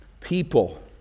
People